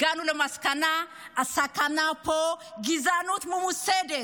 הגענו למסקנה שהסכנה פה היא גזענות ממוסדת.